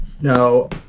No